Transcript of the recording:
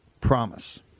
promise